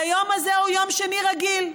והיום הזה הוא יום שני רגיל.